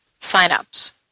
signups